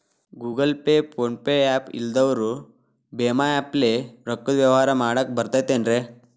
Google Pay, PhonePe app ಇಲ್ಲದವರು ಭೇಮಾ app ಲೇ ರೊಕ್ಕದ ವ್ಯವಹಾರ ಮಾಡಾಕ್ ಬರತೈತೇನ್ರೇ?